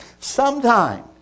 Sometime